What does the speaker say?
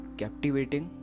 captivating